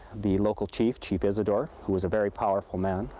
the local chief, chief isadore, who was a very powerful man,